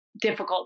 difficult